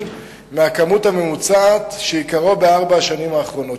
מהכמות הממוצעת שעיקרו בארבע השנים האחרונות.